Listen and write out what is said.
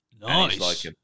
Nice